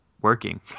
working